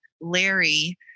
Larry